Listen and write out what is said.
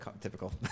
typical